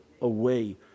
away